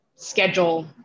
schedule